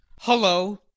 Hello